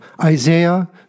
Isaiah